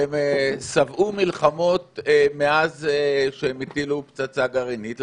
והם שבעו מלחמות מאז שהם הטילו פצצה גרעינית.